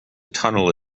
tunnel